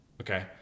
Okay